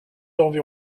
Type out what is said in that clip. heures